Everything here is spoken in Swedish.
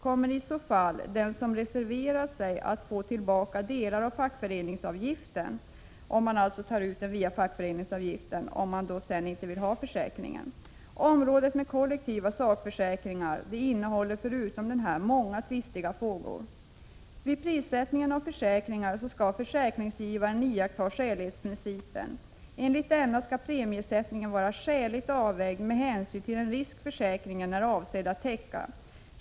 Kommer i så fall den som reserverat sig att få tillbaka delar av fackföreningsavgiften, dvs. om premierna betalas via fackföreningsavgiften och man inte vill ha försäkringen? Området med kollektiva sakförsäkringar innehåller förutom denna många andra tvistiga frågor. Vid prissättning av försäkringar skall försäkringsgivaren iakttaga skälighetsprincipen. Enligt denna skall premiesättningen vara skäligt avvägd med hänsyn till den risk försäkringen är avsedd att täcka.